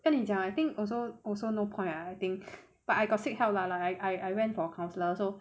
跟你讲 I think also also no point lah I think but I got seek help lah lah I I went for counsellor so